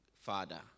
Father